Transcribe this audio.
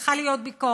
וצריכה להיות ביקורת,